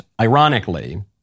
ironically